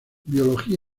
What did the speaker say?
biología